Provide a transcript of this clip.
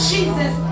Jesus